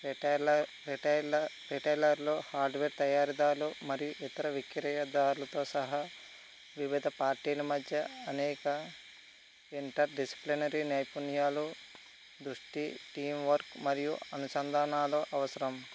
retailer retail రిటైలర్లు hardware తయారీదారులు మరియు ఇతర విక్రియదారులతో సహా వివిధ పార్టీల మధ్య అనేక ఇంటర్ డిస్ప్లేనరీ నైపుణ్యాలు దృష్టి టీం వర్క్ మరియు అనుసంధానాల అవసరం